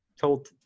told